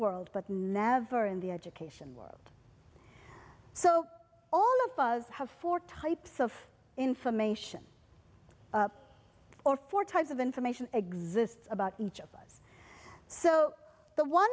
world but never in the education world so all of us have four types of information or four types of information exists about each of us so the one